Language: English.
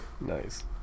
Nice